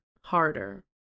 harder